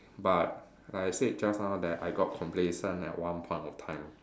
but like I said just now that I got complacent at one point of time